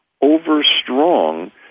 over-strong